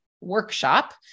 workshop